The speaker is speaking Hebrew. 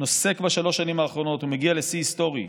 נוסק בשלוש שנים האחרונות ומגיע לשיא היסטורי.